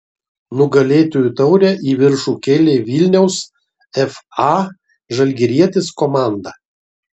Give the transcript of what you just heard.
nugalėtojų taurę į viršų kėlė vilniaus fa žalgirietis komanda